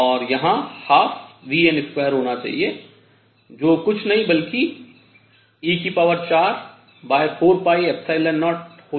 और यहाँ 12vn2 होना चाहिए जो कुछ नहीं बल्कि e4402n22 है